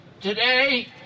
Today